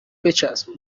بچسب